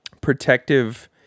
protective